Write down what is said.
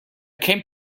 came